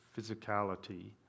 physicality